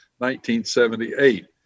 1978